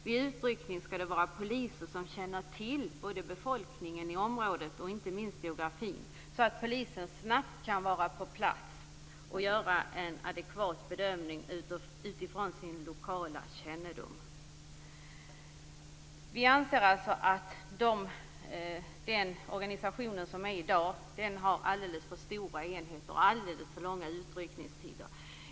Vid utryckning skall det finnas poliser som känner till både befolkningen i området och geografin, så att de snabbt kan vara på plats och göra en adekvat bedömning utifrån sin lokalkännedom. Vi anser alltså att den organisation som finns i dag innebär alldeles för stora enheter och alldeles för långa utryckningstider.